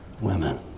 Women